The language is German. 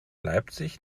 leipzig